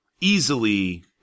easily